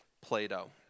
Play-Doh